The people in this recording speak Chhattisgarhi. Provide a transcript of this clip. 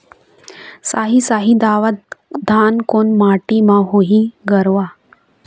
साही शाही दावत धान कोन माटी म होही गरवा?